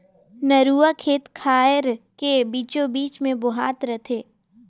नरूवा खेत खायर के बीचों बीच मे बोहात रथे